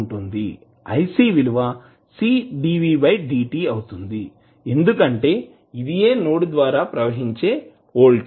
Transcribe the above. iC విలువ C dvdt అవుతుంది ఎందుకంటే ఇదియే నోడ్ ద్వారా ప్రవహించే వోల్టేజ్